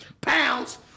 pounds